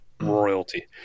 royalty